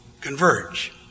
converge